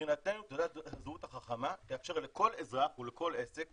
מבחינתנו תעודת הזהות החכמה תאפשר לכל אזרח ולכל עסק